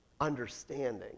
Understanding